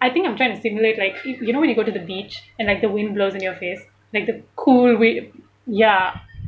I think I'm trying to simulate like you know when you go to the beach and like the wind blows in your face like the cool wind ya